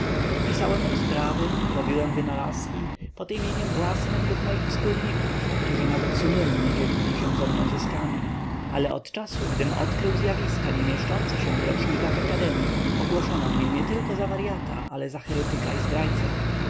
pisałem rozprawy robiłem wynalazki pod imieniem własnem lub moich wspólników którzy nawet sumiennie dzielili się ze mną zyskami ale od czasu gdym odkrył zjawiska nie mieszczące się w rocznikach akademii ogłoszono mnie nietylko za waryata ale za heretyka i zdrajcę